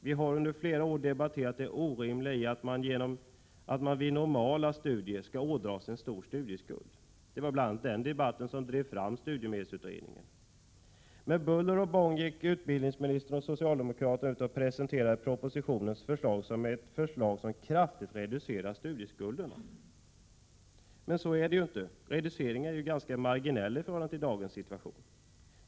Vi har under flera år debatterat det orimliga i att man vid normala studier ådrar sig en stor studieskuld. Det var bl.a. den debatten som drev fram studiemedelsutred Med buller och bång gick utbildningsministern och socialdemokraterna ut och presenterade propositionens förslag som ett förslag som kraftigt reducerade skuldbördan. Men så är det ju inte. Reduceringen är marginell i förhållande till dagens situation.